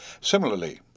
Similarly